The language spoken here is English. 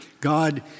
God